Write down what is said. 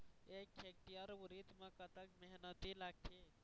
एक हेक्टेयर उरीद म कतक मेहनती लागथे?